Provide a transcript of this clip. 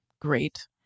great